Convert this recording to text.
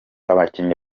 abakinnyi